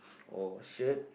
or shirt